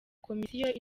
komisiyo